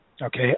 Okay